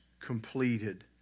completed